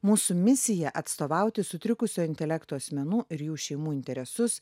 mūsų misija atstovauti sutrikusio intelekto asmenų ir jų šeimų interesus